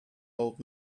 old